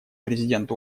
президент